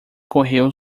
correu